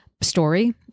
story